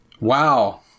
Wow